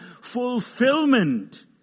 fulfillment